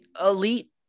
elite